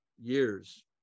years